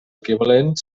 equivalent